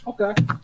okay